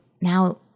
now